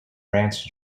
ranch